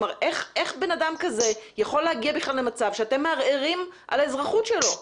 איך בן אדם כזה יכול להגיע בכלל למצב שאתם מערערים על האזרחות שלו?